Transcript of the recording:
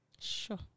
Sure